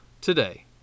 today